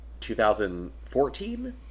2014